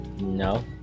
No